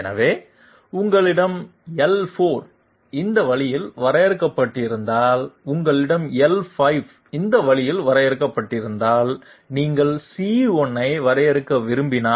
எனவே உங்களிடம் l4 இந்த வழியில் வரையறுக்கப்பட்டிருந்தால் உங்களிடம் l5 இந்த வழியில் வரையறுக்கப்பட்டிருந்தால் நீங்கள் c1 ஐ வரையறுக்க விரும்பினால்